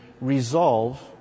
resolve